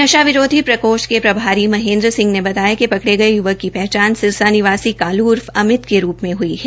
नशा विरोधी प्रकोष्ठ के प्रभारी महेंद्र सिंह ने बताया कि पकड़े गए युवक की पहचान सिरसा निवासी कालू उर्फ अमित के रुप में हई है